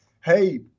hey